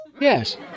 Yes